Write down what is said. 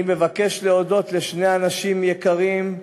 אני מבקש להודות לשני אנשים יקרים,